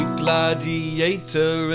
gladiator